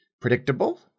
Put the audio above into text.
predictable